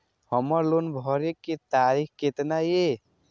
हमर लोन भरे के तारीख केतना ये?